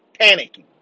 Panicking